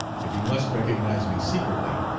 if he must recognize me secretly,